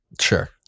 sure